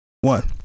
One